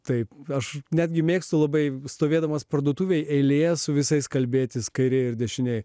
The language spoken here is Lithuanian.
taip aš netgi mėgstu labai stovėdamas parduotuvėje eilėje su visais kalbėtis kairėje ir dešinėje